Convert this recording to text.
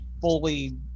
fully